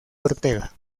ortega